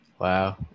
Wow